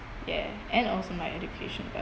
yeah and also my education